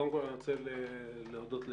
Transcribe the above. קודם כל אני רוצה להודות לשניכם,